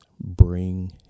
bring